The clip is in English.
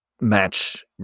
match